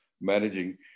managing